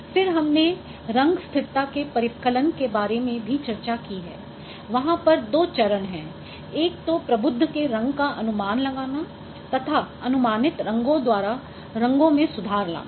फिर हमने रंग स्थिरता के परिकलन के बारे में भी चर्चा की है वहाँ पर दो चरण हैं एक तो प्रबुद्ध के रंग का अनुमान लगाना तथा अनुमानित रंगों द्वारा रंगों में सुधार लाना